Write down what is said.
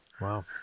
Wow